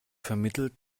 vermittelt